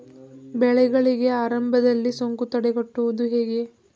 ಬೆಳೆಗಳಿಗೆ ಆರಂಭದಲ್ಲಿ ಸೋಂಕು ತಡೆಗಟ್ಟುವುದು ಹೇಗೆ?